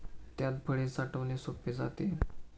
त्यात फळे साठवणे सोपे जाते